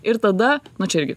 ir tada nu čia irgi